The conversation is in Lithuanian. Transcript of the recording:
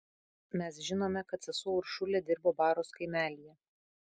mes žinome kad sesuo uršulė dirbo baros kaimelyje